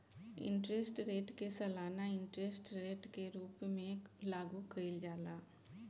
interest rate के सालाना interest rate के रूप में लागू कईल जाला